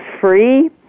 free